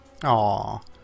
Aww